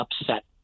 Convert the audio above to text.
upset